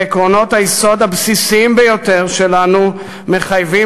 עקרונות היסוד הבסיסיים ביותר שלנו מחייבים